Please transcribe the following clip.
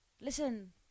Listen